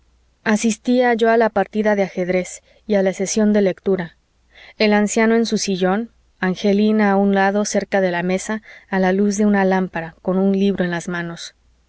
asistía yo a la partida de ajedrez y a la sesión de lectura el anciano en su sillón angelina a un lado cerca de la mesa a la luz de una lámpara con un libro en las manos